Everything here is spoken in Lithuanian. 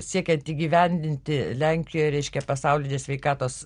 siekiant įgyvendinti lenkijoj reiškia pasaulinės sveikatos